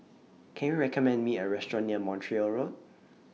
Can YOU recommend Me A Restaurant near Montreal Road